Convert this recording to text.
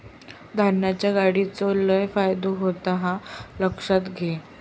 धान्याच्या गाडीचो लय फायदो होता ह्या लक्षात घे